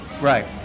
Right